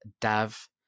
dav